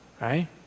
Right